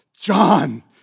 John